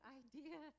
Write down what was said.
idea